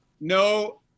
no